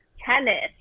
tennis